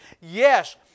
Yes